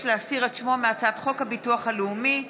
להסיר את שמו מהצעת חוק הביטוח הלאומי (תיקון,